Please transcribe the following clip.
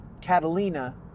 Catalina